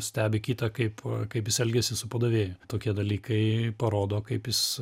stebi kitą kaip kaip jis elgiasi su padavėju tokie dalykai parodo kaip jis